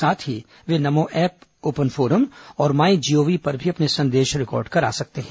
साथ ही वे नमो ऐप ओपन फोरम और माय जीओवी पर भी अपने संदेश रिकॉर्ड करा सकते हैं